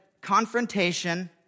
confrontation